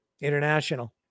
international